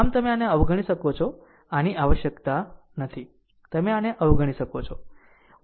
આમ તમે આને અવગણી શકો છો આની આવશ્યકતા નથી તમે આને અવગણી શકો